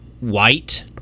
white